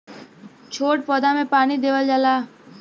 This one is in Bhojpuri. छोट पौधा में पानी देवल जाला